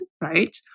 right